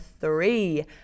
three